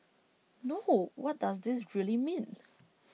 no what does this really mean